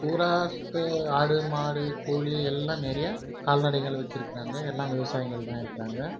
பூரா ஆடு மாடு கோழி எல்லாம் நிறையா கால்நடைகள் வச்சுருக்குறாங்க எல்லாம் விவசாயிங்கள் தான் இருக்கிறாங்க